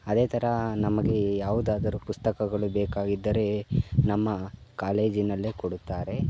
ಅದೇ ಥರ ನಮಗೆ ಯಾವುದಾದರು ಪುಸ್ತಕಗಳು ಬೇಕಾಗಿದ್ದರೆ ನಮ್ಮ ಕಾಲೇಜಿನಲ್ಲೇ ಕೊಡುತ್ತಾರೆ